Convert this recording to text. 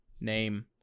name